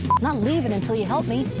not leaving until you help me.